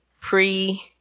pre